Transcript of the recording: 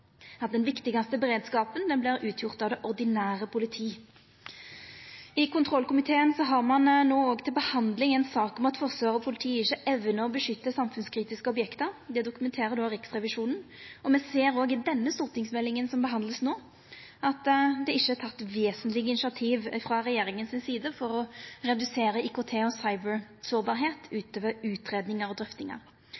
at den viktigaste beredskapen står det ordinære politiet for. I kontrollkomiteen har ein no òg til behandling ei sak om at forsvar og politi ikkje evnar å beskytta samfunnskritiske objekt. Det dokumenterer Riksrevisjonen, og me ser òg i den stortingsmeldinga som me behandlar no, at det ikkje er teke vesentlege initiativ frå regjeringa si side for å redusera IKT- og